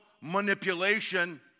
manipulation